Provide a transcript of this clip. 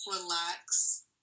relax